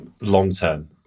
long-term